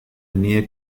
near